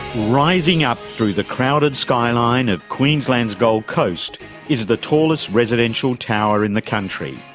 rising up through the crowded skyline of queensland's gold coast is the tallest residential tower in the country,